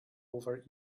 over